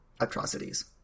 atrocities